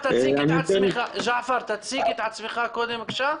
פרח בבקשה.